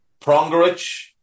Prongerich